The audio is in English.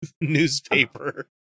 newspaper